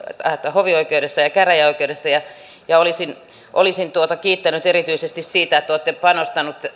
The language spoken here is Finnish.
hovioikeudessa ja käräjäoikeudessa ja olisin olisin kiittänyt erityisesti siitä että te olette panostanut